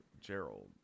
Gerald